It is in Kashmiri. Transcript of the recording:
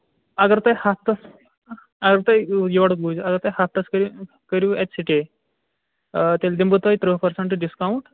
اَگر تۄہہِ ہَفتَس اَگر تۄہہِ یورُک بوٗزِو اَگر تۄہہِ ہَفتَس کٔریو کٔریو اَتہِ سِٹیے آ تیٚلہِ دِمہٕ بہٕ تۄہہِ ترٕٛہ پٔرسَنٛٹ ڈِسکاوُنٛٹ